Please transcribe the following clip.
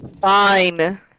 fine